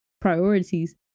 priorities